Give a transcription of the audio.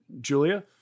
Julia